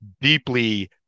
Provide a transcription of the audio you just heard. deeply